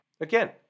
Again